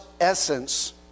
essence